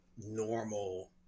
normal